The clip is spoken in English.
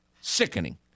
Sickening